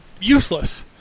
useless